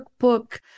workbook